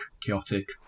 chaotic